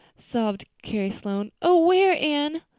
sobbed carrie sloane. oh, where, anne?